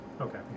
Okay